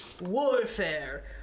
Warfare